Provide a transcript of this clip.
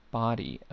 body